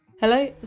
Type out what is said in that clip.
Hello